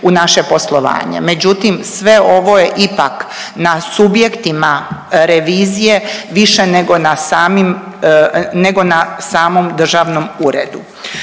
u naše poslovanje. Međutim, sve ovo je ipak na subjektima revizije više nego na samim, nego